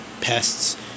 pests